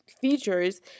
features